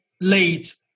late